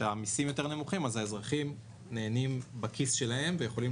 המיסים יותר נמוכים אז האזרחים נהנים מכך בכיס שלהם ויכולים